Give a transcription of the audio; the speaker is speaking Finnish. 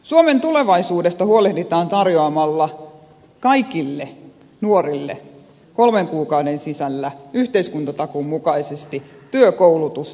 suomen tulevaisuudesta huolehditaan tarjoamalla kaikille nuorille kolmen kuukauden sisällä yhteiskuntatakuun mukaisesti työ koulutus tai harjoittelupaikka